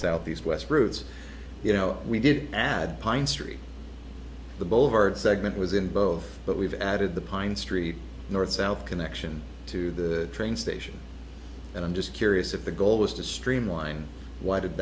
south east west routes you know we did add pine street the bovver segment was in both but we've added the pine street north south connection to the train station and i'm just curious if the goal was to streamline why did